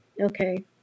okay